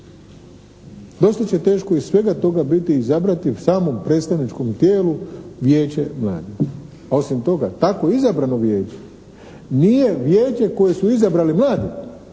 Dosta će teško iz svega toga biti izabrati samom predstavničkom tijelu vijeće mladih. A osim toga tako izabrano vijeće nije vijeće koje su izabrali mladi,